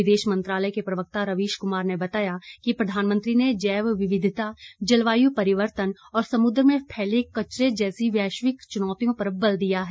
विदेश मंत्रालय के प्रवक्ता रवीश कुमार ने बताया कि प्रधानमंत्री ने जैव विविधता जलवायू परिवर्तन और समुद्र में फैले कचरे जैसी वैश्विक चुनौतियों पर बल दिया है